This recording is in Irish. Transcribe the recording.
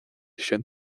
sin